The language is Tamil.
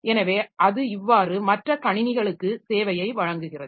எனவே அது இவ்வாறு மற்ற கணினிகளுக்கு சேவையை வழங்குகிறது